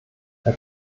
herr